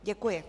Děkuji.